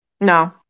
No